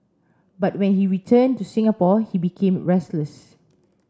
but when he returned to Singapore he became restless